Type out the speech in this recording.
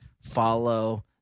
follow